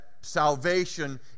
salvation